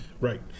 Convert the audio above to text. Right